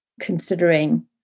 considering